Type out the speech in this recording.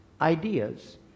ideas